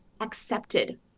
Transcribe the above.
accepted